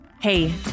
Hey